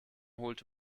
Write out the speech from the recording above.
holte